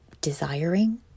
desiring